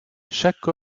chaque